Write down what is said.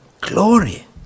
glory